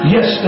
Yes